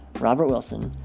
robert wilson,